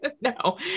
No